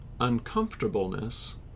uncomfortableness